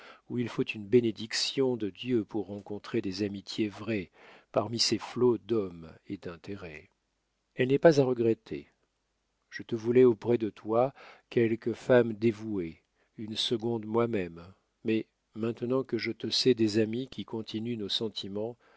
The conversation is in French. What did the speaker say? où il faut une bénédiction de dieu pour rencontrer des amitiés vraies parmi ces flots d'hommes et d'intérêts elle n'est pas à regretter je te voulais auprès de toi quelque femme dévouée une seconde moi-même mais maintenant que je te sais des amis qui continuent nos sentiments